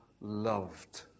loved